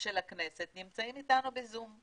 של הכנסת נמצאים איתנו בזום.